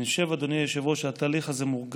אני חושב, אדוני היושב-ראש, שהתהליך הזה מורגש